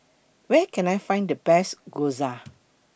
Where Can I Find The Best Gyoza